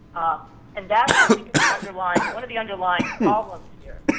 and that i think is the underlying, one of the underlying problems here.